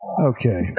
Okay